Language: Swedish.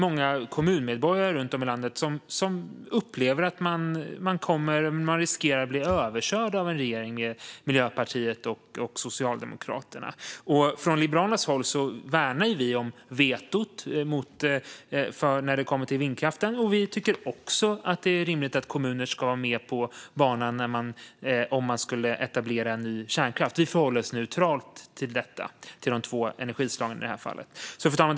Många kommunmedborgare runt om i landet upplever att de riskerar att bli överkörda av en regering bestående av Miljöpartiet och Socialdemokraterna. Vi i Liberalerna värnar om vetot mot vindkraften, och vi tycker också att det är rimligt att kommuner ska vara med på banan om kärnkraft skulle etableras. Vi förhåller oss neutrala till dessa två energislag. Fru talman!